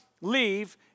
leave